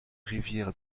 rivière